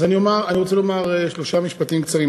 אז אני רוצה לומר שלושה משפטים קצרים.